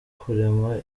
kurema